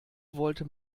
wollte